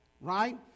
right